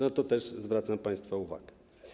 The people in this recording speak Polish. Na to też zawracam państwa uwagę.